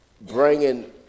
bringing